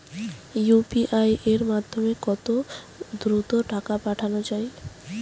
UPI এর মাধ্যমে কত দ্রুত টাকা পাঠানো যায়?